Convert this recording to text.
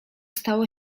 stało